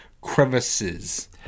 crevices